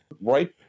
Right